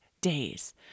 days